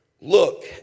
look